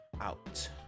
out